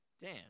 Dan